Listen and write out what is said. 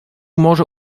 może